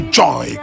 joy